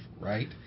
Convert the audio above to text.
right